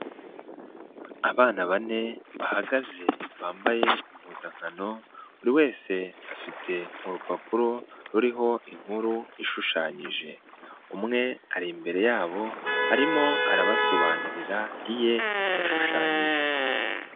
Abana bane bahagaze, bambaye impuzankano, buri wese afite urupapuro ruriho inkuru ishushanyije, umwe ari imbere yabo, arimo arabasobanurira iye yashushanyije.